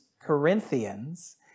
Corinthians